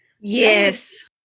Yes